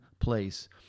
place